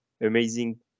amazing